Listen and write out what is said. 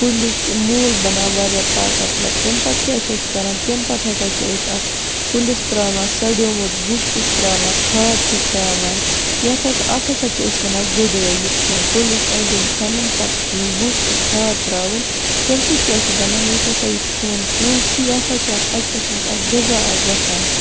کُلِک موٗل بَنان واریاہ طاقتوَر تمہِ پَتہٕ کیاہ چھِ أسۍ کَران تمہ پَتہٕ ہَسا چھِ أسۍ اتھ کُلِس تراوان سَڈیٚومُت گُہہ چھِس تراوان کھاد چھِس تراوان یتھ ہَسا اتھ ہَسا چھِ أسۍ وَنان گُڑٲے یہِ کہ کُلِس أنٛدۍ أنٛدۍ کھَنُن پتہٕ گُہہ تہٕ کھاد تراوٕنۍ تمہِ سۭتۍ کیاہ چھُ بَنان یُس ہَسا یہِ سون کُل چھ یہِ ہَسا چھِ اتھ اَکہِ قٕسمُک اکھ غزا اکھ گَژھان